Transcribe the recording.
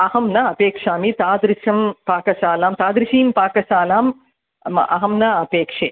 अहं न अपेक्षामि तादृशं पाकशालां तादृशीं पाकशालां म अहं न अपेक्षे